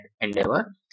endeavor